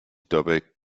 dabei